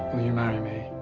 you marry me?